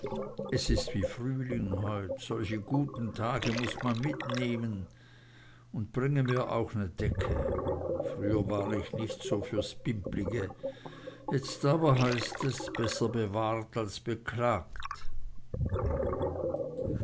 es ist wie frühling heut solche guten tage muß man mitnehmen und bringe mir auch ne decke früher war ich nich so fürs pimplige jetzt aber heißt es besser bewahrt als beklagt